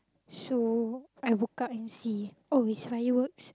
so I woke up and see oh it's fireworks